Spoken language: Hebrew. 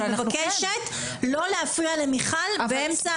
אני מבקשת לא להפריע למיכל באמצע הדברים.